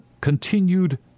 continued